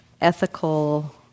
ethical